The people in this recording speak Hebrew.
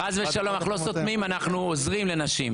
חס ושלום, אנחנו לא סותמים, אנחנו עוזרים לנשים.